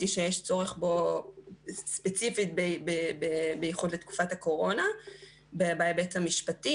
שיש צורך ספציפי לתקופת הקורונה בהיבט המשפטי.